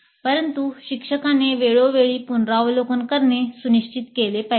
परंतु शिक्षकाने वेळोवेळी पुनरावलोकन करणे सुनिश्चित केले पाहिजे